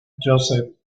josep